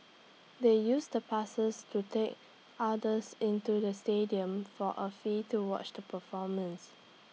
they used the passes to take others into the stadium for A fee to watch the performance